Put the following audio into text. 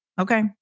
Okay